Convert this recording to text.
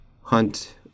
hunt